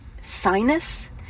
sinus